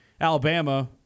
Alabama